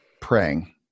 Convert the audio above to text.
praying